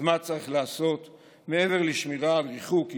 אז מה צריך לעשות מעבר לשמירה על ריחוק,